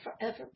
Forever